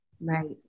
Right